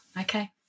okay